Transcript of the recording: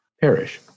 perish